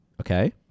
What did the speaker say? okay